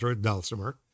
dulcimer